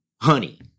honey